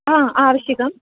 हा आवश्यकम्